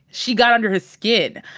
she got under his skin.